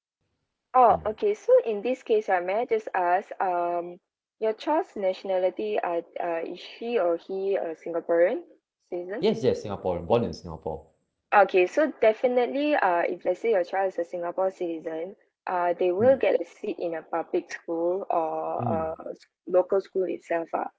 oh okay so in this case uh may I just ask um your child's nationality uh uh is she or he a singaporean citizen okay so definitely uh if let's say your child is a singapore citizen uh they will get seat in a public school or a local school itself ah